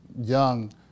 Young